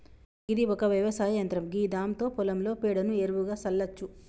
గిది ఒక వ్యవసాయ యంత్రం గిదాంతో పొలంలో పేడను ఎరువుగా సల్లచ్చు